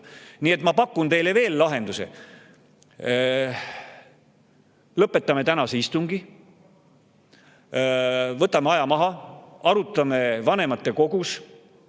Nii et ma pakun teile veel ühe lahenduse: lõpetame tänase istungi, võtame aja maha, arutame vanematekogus,